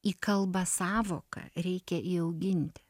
į kalbą sąvoką reikia įauginti